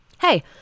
Hey